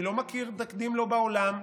אני לא מכיר תקדים לו בעולם.